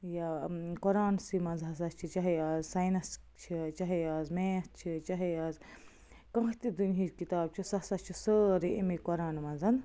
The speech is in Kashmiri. یا قرآن سٕے منٛز ہَسا چھُ چاہے آز ساینَس چھِ چاہے آز میتھ چھِ چاہے آز کانٛہہ تہِ دُنہٕچ کِتاب چھِ سُہ ہَسا چھُ سٲرٕے اَمے قرآنہٕ منٛز